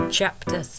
chapter